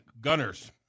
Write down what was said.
Gunners